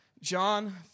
John